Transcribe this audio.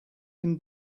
can